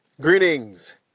greetings